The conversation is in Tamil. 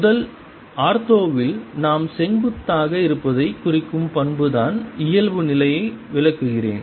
முதல் ஆர்த்தோவில் நாம் செங்குத்தாக இருப்பதைக் குறிக்கும் பண்புதான் இயல்புநிலையை விளக்குகிறேன்